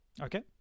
Okay